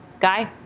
Guy